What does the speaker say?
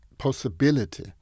possibility